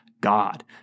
God